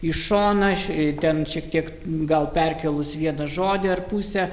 į šoną ten šiek tiek gal perkėlus vieną žodį ar pusę